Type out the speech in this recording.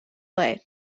play